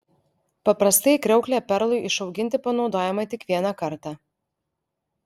paprastai kriauklė perlui išauginti panaudojama tik vieną kartą